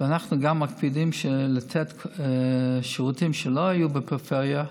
אנחנו גם מקפידים לתת שירותים שלא היו בפריפריה,